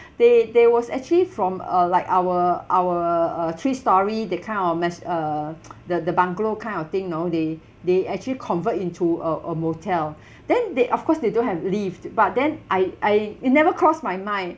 they they was actually from uh like our our uh three story that kind of mass uh the the bungalow kind of thing know they they actually convert into a a motel then they of course they don't have lift but then I I it never crossed my mind